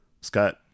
Scott